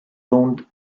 owned